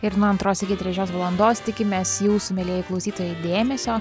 ir nuo antros iki trečios valandos tikimės jūsų mielieji klausytojai dėmesio